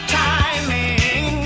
timing